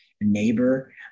neighbor